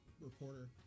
reporter